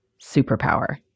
superpower